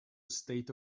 state